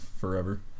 forever